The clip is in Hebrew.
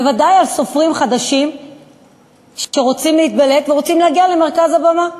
בוודאי על סופרים חדשים שרוצים להתבלט ורוצים להגיע למרכז הבמה,